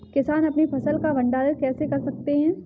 किसान अपनी फसल का भंडारण कैसे कर सकते हैं?